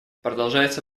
продолжается